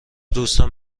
دوستم